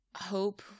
Hope